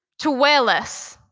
to wear less,